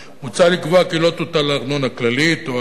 מוצע לקבוע כי לא תוטל ארנונה כללית או אגרה